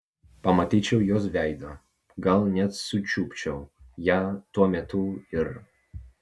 pamatyčiau jos veidą gal net sučiupčiau ją tuo metu ir